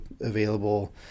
available